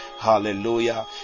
Hallelujah